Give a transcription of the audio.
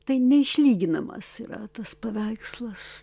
tai neišlyginamas yra tas paveikslas